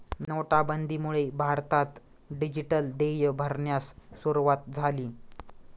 नोटाबंदीमुळे भारतात डिजिटल देय भरण्यास सुरूवात झाली